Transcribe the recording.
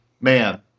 Man